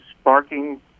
sparking